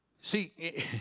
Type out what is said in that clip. See